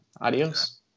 Adios